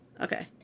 Okay